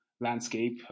landscape